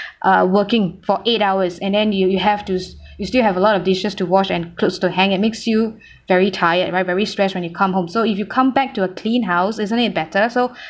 uh working for eight hours and then you you have to you still have a lot of dishes to wash and clothes to hang it makes you very tired right very stressed when you come home so if you come back to a clean house isn't it better so